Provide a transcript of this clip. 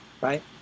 right